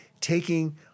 taking